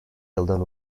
yıldan